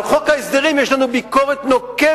על חוק ההסדרים יש לנו ביקורת נוקבת,